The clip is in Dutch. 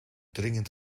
dringend